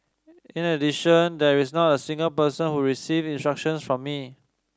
in addition there is not a single person who received instructions from me